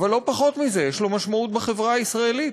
אבל לא פחות מזה, יש לו משמעות בחברה הישראלית.